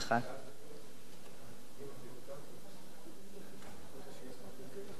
כשתסיים.